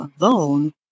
alone